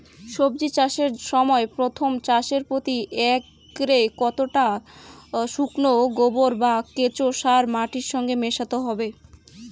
সবজি চাষের সময় প্রথম চাষে প্রতি একরে কতটা শুকনো গোবর বা কেঁচো সার মাটির সঙ্গে মেশাতে হবে?